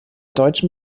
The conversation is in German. deutschen